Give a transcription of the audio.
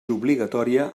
obligatòria